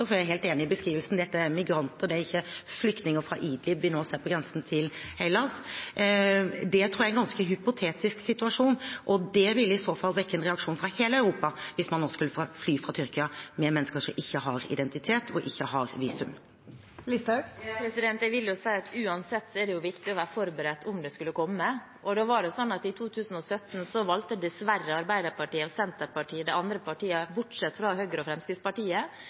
for jeg er helt enig i beskrivelsen om at dette er migranter, det er ikke flyktninger fra Idlib vi nå ser på grensen til Hellas – tror jeg er en ganske hypotetisk situasjon. Det ville i så fall vekke en reaksjon fra hele Europa hvis man nå skulle fly fra Tyrkia med mennesker som ikke har identitet eller visum. Sylvi Listhaug – til oppfølgingsspørsmål. Jeg vil jo si at det uansett er viktig å være forberedt om det skulle komme. I 2017 valgte dessverre Arbeiderpartiet, Senterpartiet og de andre partiene – bortsett fra Høyre og Fremskrittspartiet